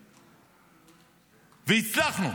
והצלחנו.